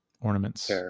Ornaments